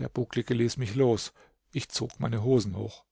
der bucklige ließ mich los ich zog meine hosen hoch